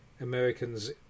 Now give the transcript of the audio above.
Americans